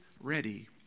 ready